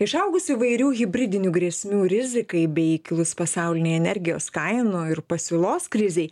išaugus įvairių hibridinių grėsmių rizikai bei kilus pasaulinei energijos kainų ir pasiūlos krizei